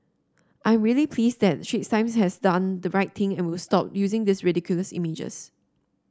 I'm really pleased that Straits Times has done the right thing and will stop using these ridiculous images